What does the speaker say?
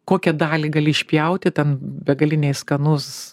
kokią dalį gali išpjauti ten begaliniai skanus